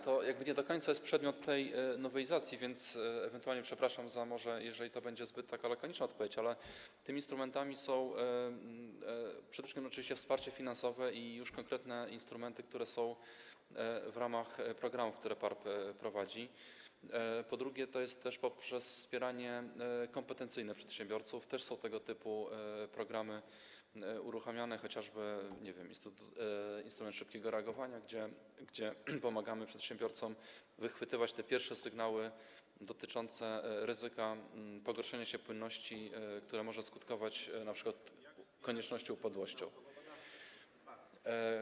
To nie do końca jest przedmiot tej nowelizacji, więc ewentualnie przepraszam, jeżeli to będzie taka zbyt lakoniczna odpowiedź, ale tymi instrumentami są przede wszystkim: oczywiście wsparcie finansowe i już konkretne instrumenty, które są w ramach programów, które PARP prowadzi, to jest też wspieranie kompetencyjne przedsiębiorców, są też tego typu programy uruchamiane, chociażby, nie wiem, instrument szybkiego reagowania, gdzie pomagamy przedsiębiorcom wychwytywać te pierwsze sygnały dotyczące ryzyka pogorszenia się płynności, co może skutkować np. koniecznością ogłoszenia upadłości.